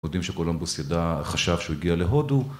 יודעים שקולומבוס ידע, חשב שהוא הגיע להודו